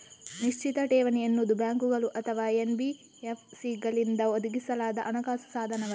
ನಿಶ್ಚಿತ ಠೇವಣಿ ಎನ್ನುವುದು ಬ್ಯಾಂಕುಗಳು ಅಥವಾ ಎನ್.ಬಿ.ಎಫ್.ಸಿಗಳಿಂದ ಒದಗಿಸಲಾದ ಹಣಕಾಸು ಸಾಧನವಾಗಿದೆ